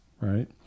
right